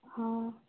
ꯑꯥ